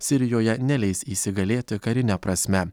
sirijoje neleis įsigalėti karine prasme